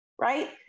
right